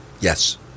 Yes